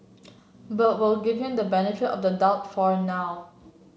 but we'll give him the benefit of the doubt for now